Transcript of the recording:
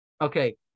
Okay